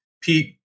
Pete